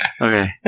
Okay